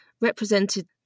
represented